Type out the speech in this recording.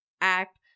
act